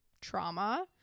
trauma